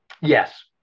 yes